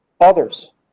Others